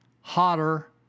hotter